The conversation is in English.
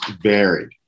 varied